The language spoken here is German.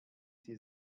sie